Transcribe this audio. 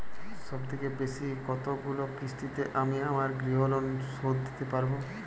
সবথেকে বেশী কতগুলো কিস্তিতে আমি আমার গৃহলোন শোধ দিতে পারব?